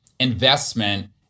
investment